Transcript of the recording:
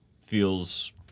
feels